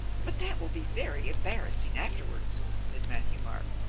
but that will be very embarrassing afterwards, said matthieu-marc.